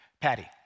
Patty